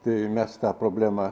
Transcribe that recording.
tai mes tą problemą